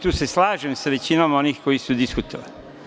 Tu se slažem sa većinom onih koji su diskutovali.